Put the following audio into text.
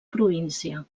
província